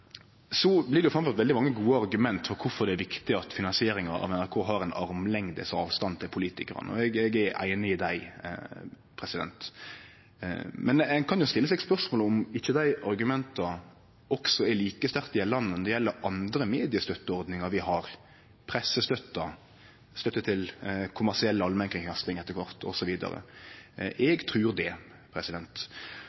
Det blir lagt fram veldig mange gode argument for kvifor det er riktig at finansieringa av NRK har ei armlengdes avstand til politikarane, og eg er einig i det. Men ein kan jo stille seg spørsmål om ikkje dei argumenta er like sterkt gjeldande når det gjeld andre mediestøtteordningar vi har – pressestøtta, støtte til kommersiell allmennkringkasting etter kvart,